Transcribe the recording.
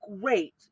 great